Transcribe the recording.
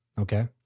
okay